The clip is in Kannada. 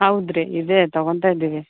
ಹೌದುರಿ ಇದೆ ತೊಗೊಳ್ತಾ ಇದ್ದೀವಿ